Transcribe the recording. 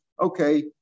okay